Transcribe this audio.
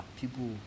people